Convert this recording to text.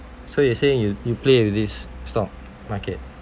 so you saying you you play with this stock market